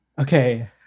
Okay